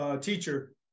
teacher